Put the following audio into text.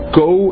go